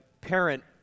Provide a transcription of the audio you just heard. parent